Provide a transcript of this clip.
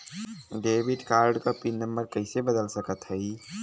Debit card क pin number कइसे बदल सकत हई?